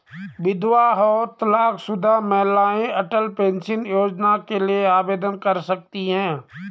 विधवा और तलाकशुदा महिलाएं अटल पेंशन योजना के लिए आवेदन कर सकती हैं